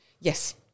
yes